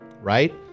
Right